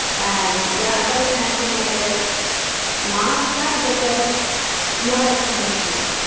and yeah i got an estimated mark back but there was no explanation